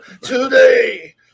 today